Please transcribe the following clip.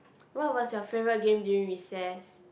what was your favourite game during recess